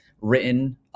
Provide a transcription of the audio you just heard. written